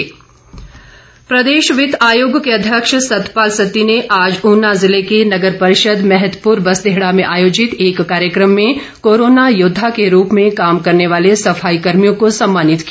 सतपाल सत्ती प्रदेश वित्त आयोग के अध्यक्ष सतपाल सत्ती ने आज ऊना जिले में नगर परिषद मैहतपुर बसदेहड़ा में आयोजित एक कार्यक्रम में कोरोना योद्वा के रूप में काम करने वाले सफाई कर्मियों को सम्मानित किया